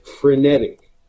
frenetic